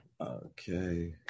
Okay